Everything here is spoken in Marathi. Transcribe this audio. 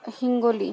हिंगोली